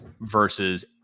versus